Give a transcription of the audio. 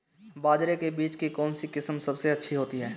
बाजरे के बीज की कौनसी किस्म सबसे अच्छी होती है?